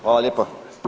Hvala lijepa.